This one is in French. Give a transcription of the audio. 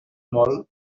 mole